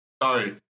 Sorry